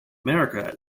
america